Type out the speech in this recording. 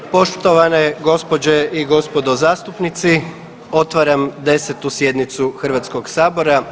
Poštovane gospođe i gospodo zastupnici otvaram 10. sjednicu Hrvatskog sabora.